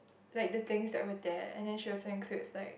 like the things that were there and then she also includes like